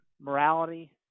morality